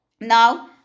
Now